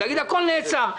להגיד שהכל נעצר,